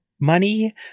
money